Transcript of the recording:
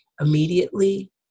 immediately